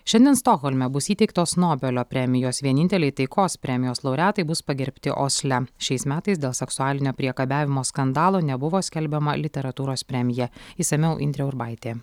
šiandien stokholme bus įteiktos nobelio premijos vieninteliai taikos premijos laureatai bus pagerbti osle šiais metais dėl seksualinio priekabiavimo skandalo nebuvo skelbiama literatūros premija išsamiau indrė urbaitė